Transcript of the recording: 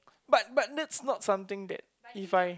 but but this is not something that if I